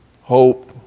hope